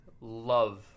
love